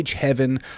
heaven